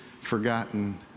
forgotten